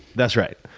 that's right,